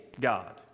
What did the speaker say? God